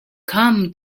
come